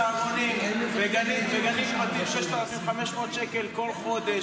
צהרונים לגנים פרטיים 6,500 שקל בכל חודש,